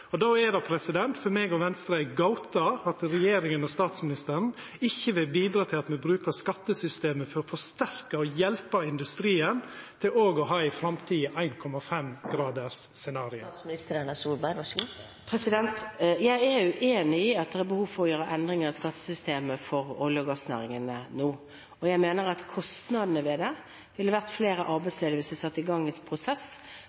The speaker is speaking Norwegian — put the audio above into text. Det er for meg og Venstre ei gåte at regjeringa og statsministeren ikkje vil bidra til at me brukar skattesystemet til å forsterka og hjelpa industrien til òg å ha ei framtid i 1,5-gradersscenarioet. Jeg er uenig i at det er behov for å gjøre endringer i skattesystemet for olje- og gassnæringen nå. Jeg mener at kostnadene ved det ville vært flere arbeidsledige, hvis vi satte i gang en prosess